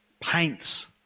paints